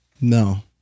No